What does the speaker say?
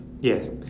Yes